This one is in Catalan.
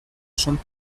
són